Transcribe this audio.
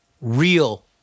real